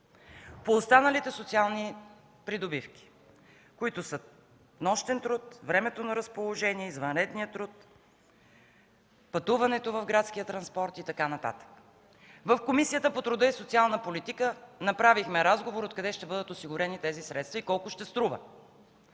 По останалите социални придобивки: нощен труд, времето на разположение, извънреден труд, пътуването в градския транспорт и така нататък, в Комисията по труда и социалната политика направихме разговор откъде ще бъдат осигурени тези средства и колко ще струва.